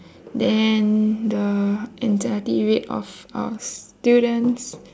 then the anxiety rate of of students